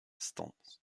stances